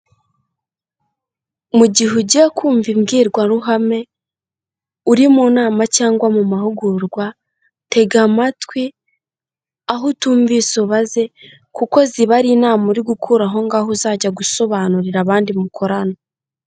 Mu gihe ugiye kumva imbwirwaruhame, uri mu nama cyangwa mu mahugurwa, tega amatwi aho utumvise ubaze kuko ziba ari inama uri gukura aho ngaho uzajya gusobanurira abandi mukorana.